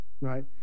right